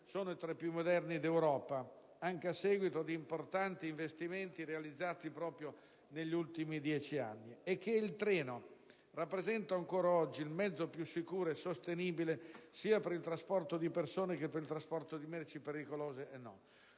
sono tra i più moderni d'Europa, anche a seguito di importanti investimenti realizzati proprio negli ultimi dieci anni, e che il treno rappresenta ancora oggi il mezzo più sicuro e sostenibile per il trasporto sia di persone, che di merci, pericolose e non.